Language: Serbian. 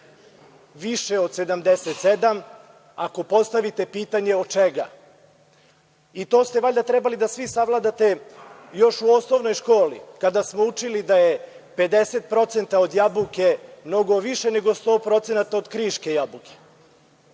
više od 77, ako postavite pitanje od čega. To ste valjda trebali svi da sagledate još u osnovnoj školi kada smo učili da je 50% od jabuke mnogo više nego 100% od kriške jabuke. Sada